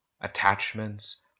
Attachments